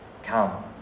Come